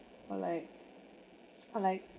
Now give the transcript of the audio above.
but like I'm like